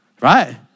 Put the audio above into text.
right